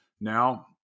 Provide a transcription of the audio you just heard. Now